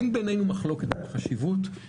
אין בינינו מחלוקת על החשיבות.